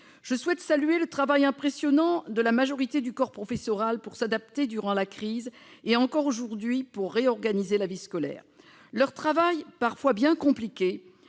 Je souhaite saluer le travail impressionnant fourni par la majorité du corps professoral pour s'adapter, durant la crise et encore aujourd'hui, et réorganiser la vie scolaire. Ce travail, parfois bien compliqué,